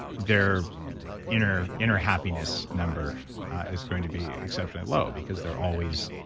their inner inner happiness number is going to be exceptionally low because they're always,